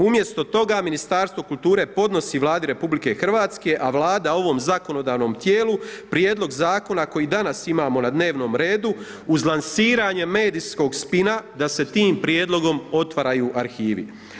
Umjesto, toga, Ministarstvo kulture podnosi Vladi RH, a Vlada ovom zakonodavnom tijelu, prijedlog zakona koji danas imamo na dnevnom redu, uz lansiranje medijskog spina da se tim prijedlogom otvaraju arhivi.